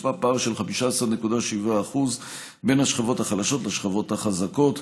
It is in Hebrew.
נצפה פער של 15.7% בין השכבות החלשות לשכבות החזקות,